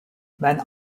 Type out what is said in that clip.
men